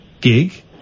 gig